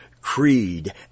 creed